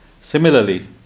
similarly